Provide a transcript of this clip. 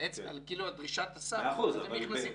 בדרישת הסף הם נכנסים,